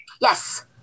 yes